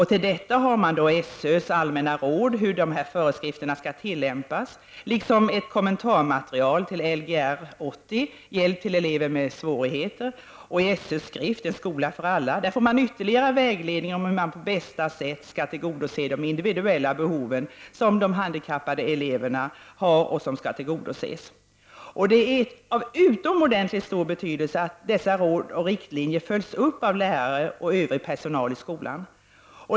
Till sin hjälp har man SÖ:s allmänna råd om hur föreskrifterna skall tillämpas. Likså finns det ett material med kommentarer, Hjälp till elever med svårigheter, till Lgr 80. I SÖ:s skrift: ”En skola för alla” ges det ytterligare vägledning om hur man på bästa sätt kan tillgodose de individuella behoven hos handikappade elever. Det är av utomordentlig stor betydelse att dessa råd och riktlinjer följs upp av lärare och övrig personal i skolan.